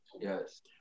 Yes